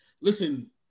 listen